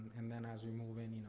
and then as we move in, you